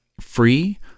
free